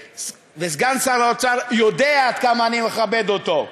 וסגן שר האוצר יודע עד כמה אני מכבד אותו,